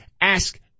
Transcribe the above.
Ask